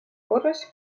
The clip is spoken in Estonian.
korras